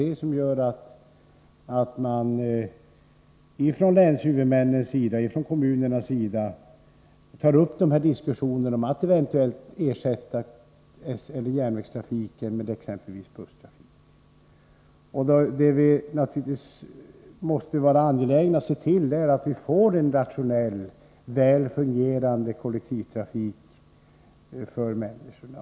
Det är ju detta som gör att länshuvudmän och kommuner tar upp diskussioner om att eventuellt ersätta järnvägstrafik med exempelvis busstrafik. Det är naturligtvis angeläget att vi ser till att vi får en rationell och väl fungerande kollektivtrafik för människorna.